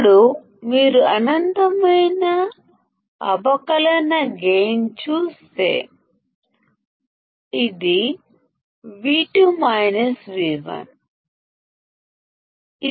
ఇప్పుడు మీరు అనంతమైన అవకలన గైన్ గమనిస్తే ఇది V2 V1